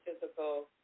physical